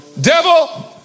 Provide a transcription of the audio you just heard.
devil